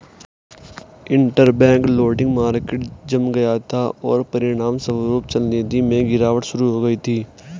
interbank lending market जम गया था, और परिणामस्वरूप चलनिधि में गिरावट शुरू हो गई थी